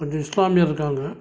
கொஞ்சம் இஸ்லாமியர் இருக்காங்க